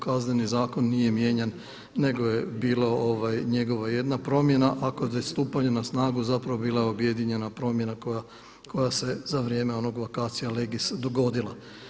Kazneni zakon nije mijenjan, nego je bila njegova jedna promjena a kod stupanja na snagu zapravo bila je objedinjena promjena koja se za vrijeme onog vacatio legis dogodila.